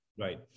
Right